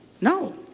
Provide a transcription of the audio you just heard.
no